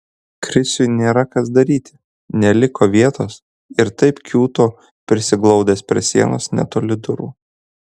krisiui nėra kas daryti neliko vietos ir taip kiūto prisiglaudęs prie sienos netoli durų